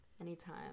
Anytime